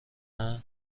نهها